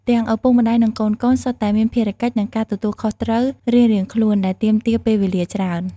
ទាំងឪពុកម្ដាយ និងកូនៗសុទ្ធតែមាន ភារកិច្ច និងការទទួលខុសត្រូវរៀងៗខ្លួន ដែលទាមទារពេលវេលាច្រើន។